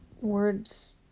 words